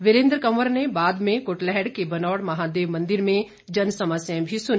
वीरेन्द्र कंवर ने आज कुटलैहड़ के बनौड़ महादेव मंदिर में जनसमस्याएं भी सुनी